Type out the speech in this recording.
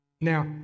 Now